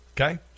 Okay